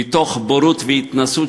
מתוך בורות והתנשאות,